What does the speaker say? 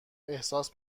احساس